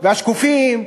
והשקופים,